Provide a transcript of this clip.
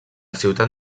ciutat